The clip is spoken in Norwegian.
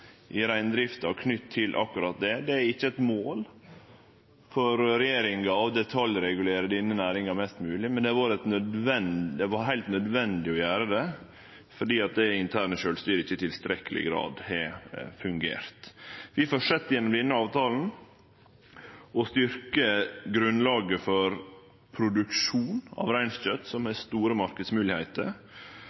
i reindrifta knytte til akkurat det. Det er ikkje eit mål for regjeringa å detaljregulere denne næringa mest mogleg, men det var heilt nødvendig å gjere det fordi det interne sjølvstyret ikkje har fungert i tilstrekkeleg grad. Vi fortset gjennom denne avtalen å styrkje grunnlaget for produksjon av reinkjøt, som har store